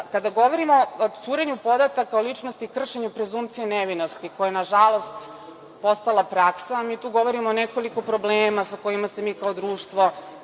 govorimo o curenju podataka o ličnosti i kršenju prezunkcije nevinosti, koja na žalost postala praksa, a mi tu govorimo o nekoliko problema sa kojima se mi kao društvo